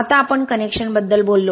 आता आपण कनेक्शनबद्दल बोललो